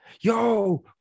Yo